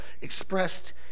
expressed